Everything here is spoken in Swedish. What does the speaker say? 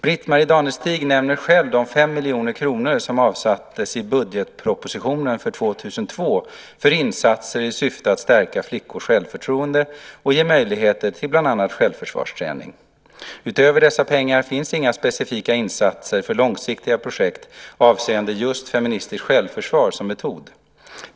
Britt-Marie Danestig nämner själv de 5 miljoner kronor som avsattes i budgetpropositionen för 2002 för insatser i syfte att stärka flickors självförtroende och ge möjlighet till bland annat självförsvarsträning. Utöver dessa pengar finns det inga specifika insatser för långsiktiga projekt avseende just feministiskt självförsvar som metod.